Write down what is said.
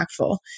impactful